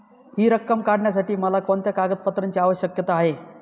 हि रक्कम काढण्यासाठी मला कोणत्या कागदपत्रांची आवश्यकता आहे?